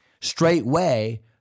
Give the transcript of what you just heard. straightway